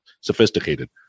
sophisticated